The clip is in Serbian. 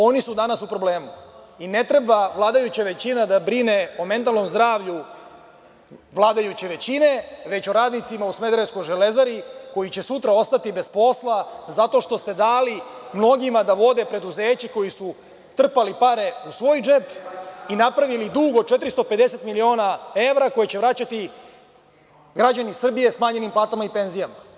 Oni su danas u problemu i ne treba vladajuća većina da brine o mentalnom zdravlju vladajuće većine, već o radnicima u smederevskoj „Železari“, koji će sutra ostati bez posla zato što ste dali mnogima da vode preduzeće koji su trpali pare u svoj džep i napravili dug od 450 miliona evra, koji će vraćati građani Srbije smanjenim platama i penzijama.